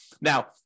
now